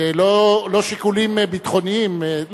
לא שיקולים ביטחוניים.